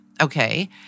okay